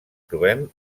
trobem